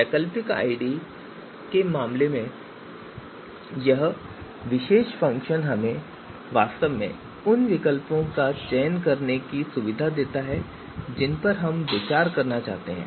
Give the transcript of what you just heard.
वैकल्पिक आईडी के मामले में यह विशेष फ़ंक्शन हमें वास्तव में उन विकल्पों का चयन करने की सुविधा देता है जिन पर हम विचार करना चाहते हैं